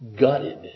gutted